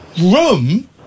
room